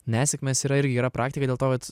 nesėkmes yra ir gera praktika dėl to kad